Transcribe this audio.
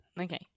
Okay